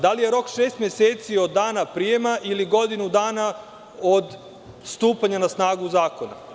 Da li je rok 6 meseci od dana prijema ili godinu dana od stupanja na snagu zakona?